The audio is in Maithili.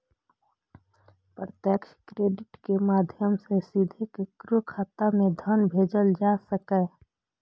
प्रत्यक्ष क्रेडिट के माध्यम सं सीधे केकरो खाता मे धन भेजल जा सकैए